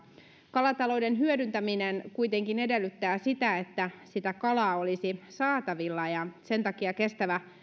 kalatalouden hyödyntäminen kuitenkin edellyttää sitä että sitä kalaa olisi saatavilla ja sen takia kestävä